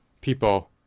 people